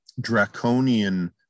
draconian